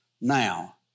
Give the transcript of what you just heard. Now